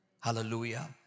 Hallelujah